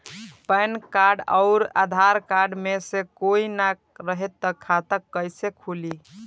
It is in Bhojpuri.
पैन कार्ड आउर आधार कार्ड मे से कोई ना रहे त खाता कैसे खुली?